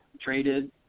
traded